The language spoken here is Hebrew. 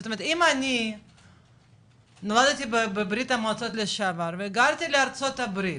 זאת אומרת אם אני נולדתי בבריה"מ לשעבר והגרתי לארה"ב